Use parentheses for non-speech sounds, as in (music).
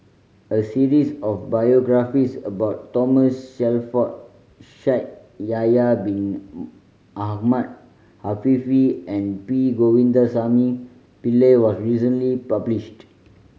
a series of biographies about Thomas Shelford Shaikh Yahya Bin (noise) Ahmed Afifi and P Govindasamy Pillai was recently published